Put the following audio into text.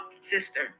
sister